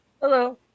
Hello